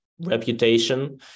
reputation